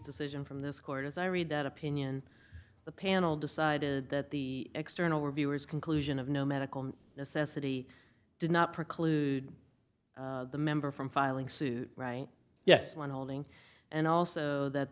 decision from this court as i read that opinion the panel decided that the external reviewers conclusion of no medical necessity did not preclude the member from filing suit right yes when holding and also that